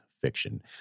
fiction